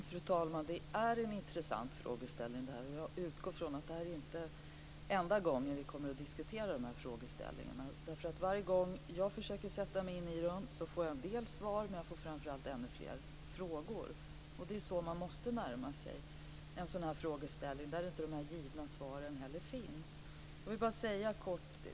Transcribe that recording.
Fru talman! Det är en intressant fråga. Jag utgår från att detta inte kommer att vara enda gången vi kommer att diskutera frågan. Varje gång jag försöker att sätta mig in i den får jag en del svar, men jag får framför allt ännu fler frågor. Det är så en sådan frågeställning måste närmas. Det finns inte givna svar.